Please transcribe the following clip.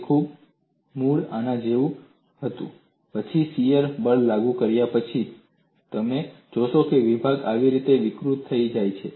તે મૂળ આના જેવું હતું પછી શીયર બળ લાગુ કર્યા પછી તમે જોશો કે વિભાગો આ રીતે વિકૃત થઈ ગયા છે